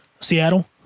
Seattle